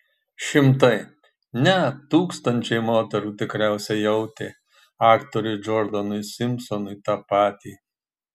šimtai ne tūkstančiai moterų tikriausiai jautė aktoriui džordanui simpsonui tą patį